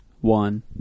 one